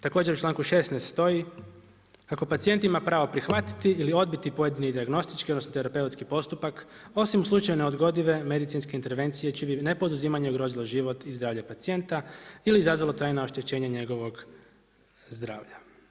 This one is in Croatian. Također u članku 16. stoji kako pacijent ima pravo prihvatiti ili odbiti pojedini dijagnostički, odnosno terapeutski postupak osim u slučaju neodgodive medicinske intervencije čije bi nepoduzimanje ugrozilo život i zdravlje pacijenta ili izazvalo trajna oštećenja njegovog zdravlja.